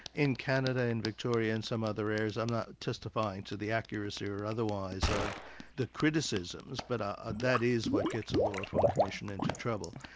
in canada and victoria and some other areas, i'm not testifying to the accuracy or otherwise of the criticisms, but ah ah that is what gets a law reform commission into trouble,